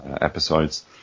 episodes